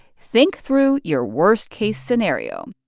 think through your worst-case scenario.